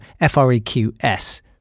F-R-E-Q-S